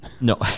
no